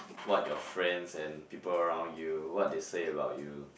what your friends and people around you what they say about you